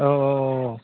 औ औ औ